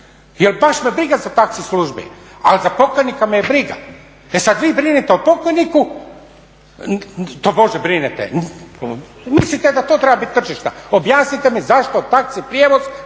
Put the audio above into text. Jer baš me briga za taxi službe ali za pokojnika me briga. E sad vi brinite o pokojniku, tobože brinete, mislite da to treba biti tržišna, objasnite mi zašto taxi prijevoz